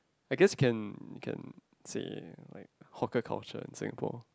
I guess can can say like hawker culture in Singapore